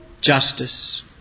Justice